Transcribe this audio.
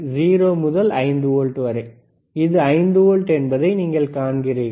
0 முதல் 5 வோல்ட் வரை இது 5 வோல்ட் என்பதை நீங்கள் காண்கிறீர்கள்